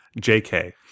JK